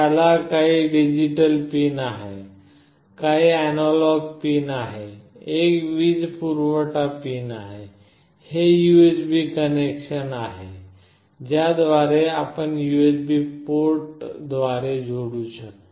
त्याला काही digital pin काही अॅनालॉग पिन एक वीज पुरवठा पिन आहे हे यूएसबी कनेक्शन आहे ज्या द्वारे आपण यूएसबी पोर्टद्वारे जोडू शकता